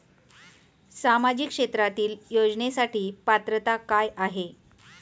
सामाजिक क्षेत्रांतील योजनेसाठी पात्रता काय आहे?